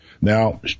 Now